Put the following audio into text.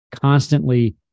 constantly